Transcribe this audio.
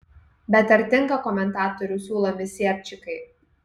bet ar tinka komentatorių siūlomi sierčikai